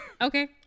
Okay